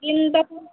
কিনডা পু